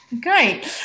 Great